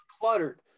cluttered